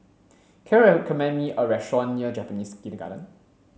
can you recommend me a restaurant near Japanese Kindergarten